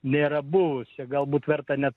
nėra buvusi galbūt verta net